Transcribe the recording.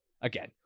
again